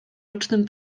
rocznym